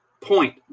point